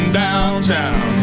downtown